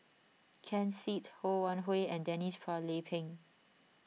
Ken Seet Ho Wan Hui and Denise Phua Lay Peng